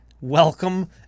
Welcome